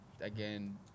again